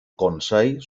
consell